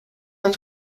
und